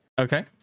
Okay